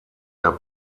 der